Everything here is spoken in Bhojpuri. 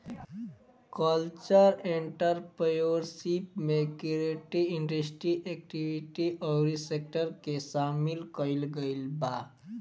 कल्चरल एंटरप्रेन्योरशिप में क्रिएटिव इंडस्ट्री एक्टिविटी अउरी सेक्टर के सामिल कईल गईल बा